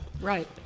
Right